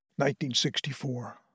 1964